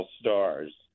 stars